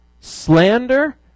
slander